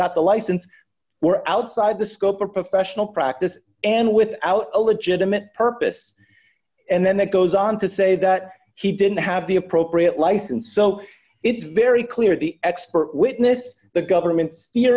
got the license we're outside the scope of professional practice and without a legitimate purpose and then it goes on to say that he didn't have the appropriate license so it's very clear the expert witness the government's